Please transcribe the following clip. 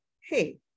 hey